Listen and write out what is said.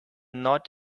not